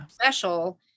special